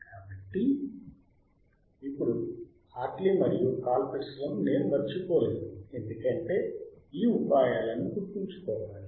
కాబట్టి ఇప్పుడు హార్ట్లీ మరియు కాల్ పిట్స్ లను నేను మరచిపోలేను ఎందుకంటే ఈ ఉపాయాలను గుర్తుంచుకోవాలి